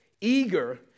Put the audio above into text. eager